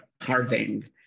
carving